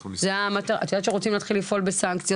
לפני שנתיים שיר הגיעה אלינו לנטל.